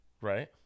right